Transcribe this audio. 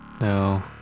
No